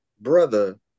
brother